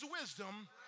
wisdom